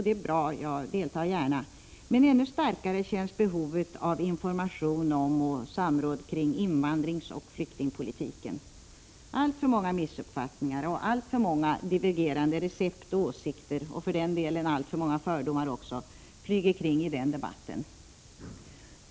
Det är bra, jag deltar gärna, men ännu starkare känns behovet av information om och samråd kring invandringsoch flyktingpolitiken. Alltför många missuppfattningar, alltför många divergerande recept och åsikter, och för den delen alltför många fördomar också, flyger kring i den debatten.